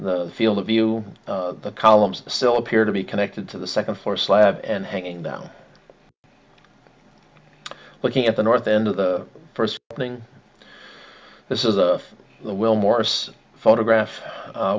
field of view the columns still appear to be connected to the second floor slab and hanging down looking at the north end of the first thing this is a will morris photograph